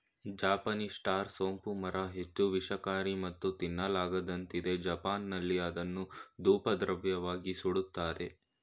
Japanese star ಸೋಂಪು ಮರ ಹೆಚ್ಚು ವಿಷಕಾರಿ ಮತ್ತು ತಿನ್ನಲಾಗದಂತಿದೆ ಜಪಾನ್ನಲ್ಲಿ ಅದನ್ನು ಧೂಪದ್ರವ್ಯವಾಗಿ ಸುಡ್ತಾರೆ